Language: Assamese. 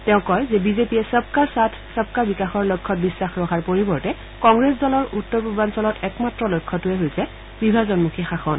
তেওঁ কয় যে বিজেপিয়ে চবকা চাথ চবকা বিকাশৰ লক্ষ্যত বিশ্বাস ৰখাৰ পৰিৱৰ্তে কংগ্ৰেছ দলৰ উত্তৰ পূৰ্বাঞ্চলত একমাত্ৰ লক্ষ্যটোৰে হৈছে বিভাজনমূখী শাসন